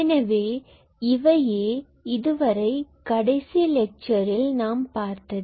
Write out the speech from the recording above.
எனவே இவையே இதுவரை கடைசி லெக்சரில் நாம் பார்த்தது